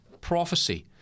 prophecy